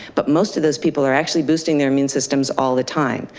but most of those people are actually boosting their immune systems all the time.